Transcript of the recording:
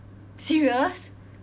serious